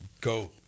Go